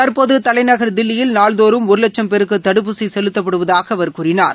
தற்போது தலைநகர் தில்லியில் நாள்தோறும் ஒரு வட்சும் பேருக்கு தடுப்பூசி செலுத்தப்படுவதாக அவர் கூறினார்